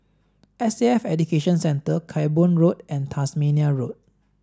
S A F Education Centre Camborne Road and Tasmania Road